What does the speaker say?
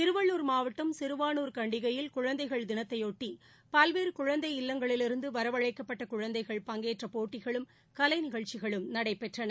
திருவள்ளுர் மாவட்டம் சிறுவானூர் கண்டிகையில் குழந்தைகள் தினத்தையொட்டி பல்வேறு குழந்தை இல்லங்களிலிருந்து வரவழைக்கப்பட்ட குழந்தைகள் பங்கேற்ற போட்டிகளும் கலை நிகழ்ச்சிகளும் நடைபெற்றன